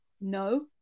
no